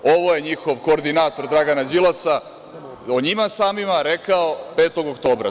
Ovo je njihov koordinator Dragan Đilas o njima samima rekao 5. oktobra.